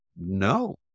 no